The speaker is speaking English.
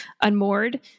unmoored